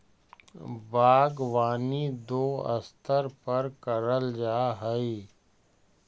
बागवानी दो स्तर पर करल जा हई